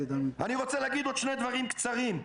אני רוצה להגיד עוד שני דברים קצרים.